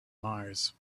mars